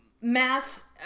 mass